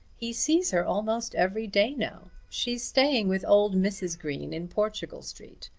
he sees her almost every day now. she's staying with old mrs. green in portugal street.